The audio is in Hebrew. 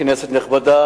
כנסת נכבדה,